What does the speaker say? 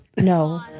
No